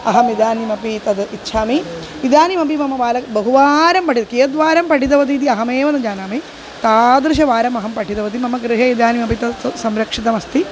अहमिदानीमपि तद् इच्छामि इदानीमपि मम बालकः बहुवारं पठितं कियद्वारं पठितवती इति अहमेव न जानामि तादृशवारम् अहं पठितवती मम गृहे इदानीमपि तत् स संरक्षितमस्ति